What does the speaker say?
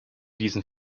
diesen